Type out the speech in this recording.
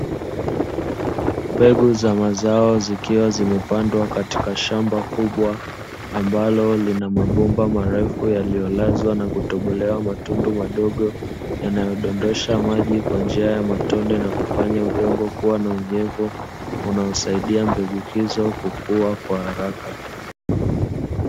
Mbegu za mazao zikiwa zimepandwa katika shamba kubwa, ambalo lina mabomba marefu yaliyolazwa na kutobolewa matundu madogo, yanayodondosha maji kwa njia ya matone na kufanya udongo kuwa na unyevu, unaosaidia mbegu hizo kukua kwa haraka.